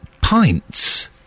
pints